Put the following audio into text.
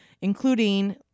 including